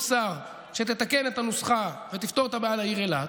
שר שתתקן את הנוסחה ותפתור את הבעיה לעיר אילת,